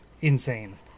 insane